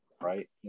right